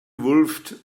wolfed